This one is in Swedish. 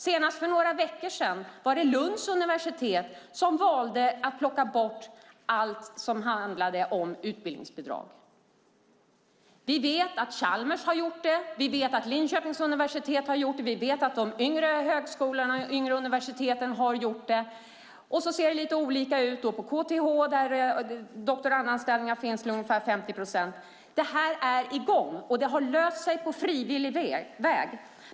Senast för några veckor sedan valde Lunds universitet att plocka bort allt som handlade om utbildningsbidrag. Vi vet att Chalmers har gjort det. Vi vet att Linköpings universitet har gjort det. Vi vet att de yngre högskolorna och de yngre universiteten har gjort det. Sedan ser det lite olika ut. På KTH finns doktorandanställningar till ungefär 50 procent. Det här är i gång, och det har löst sig på frivillig väg.